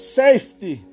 safety